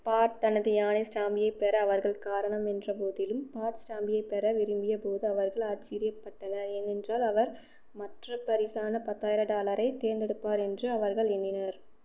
part தனது யானை ஸ்டாம்பியை பெற அவர்கள் காரணம் என்ற போதிலும் பார்ட் ஸ்டாம்பியை பெற விரும்பிய போது அவர்கள் ஆச்சரியப்பட்டனர் ஏனென்றால் அவர் மற்ற பரிசான பத்தாயிரம் டாலரைத் தேர்ந்தெடுப்பார் என்று அவர்கள் எண்ணினர்